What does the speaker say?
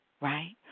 Right